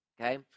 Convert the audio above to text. okay